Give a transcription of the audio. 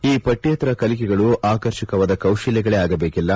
ಈ ಪಕ್ಷೇತರ ಕಲಿಕೆಗಳು ಆಕರ್ಷಕವಾದ ಕೌಶಲ್ಯಗಳೇ ಆಗಬೇಕಿಲ್ಲ